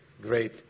great